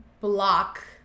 block